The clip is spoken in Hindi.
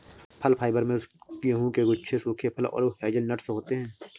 फल फाइबर में गेहूं के गुच्छे सूखे फल और हेज़लनट्स होते हैं